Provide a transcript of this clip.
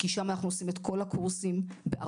כי שם אנחנו עושים את כל הקורסים בערבית.